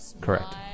Correct